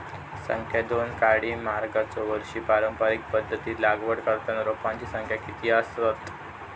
संख्या दोन काडी मागचो वर्षी पारंपरिक पध्दतीत लागवड करताना रोपांची संख्या किती आसतत?